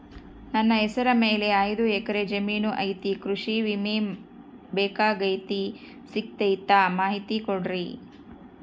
ನನ್ನ ಹೆಸರ ಮ್ಯಾಲೆ ಐದು ಎಕರೆ ಜಮೇನು ಐತಿ ಕೃಷಿ ವಿಮೆ ಬೇಕಾಗೈತಿ ಸಿಗ್ತೈತಾ ಮಾಹಿತಿ ಕೊಡ್ರಿ?